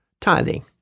tithing